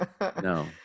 no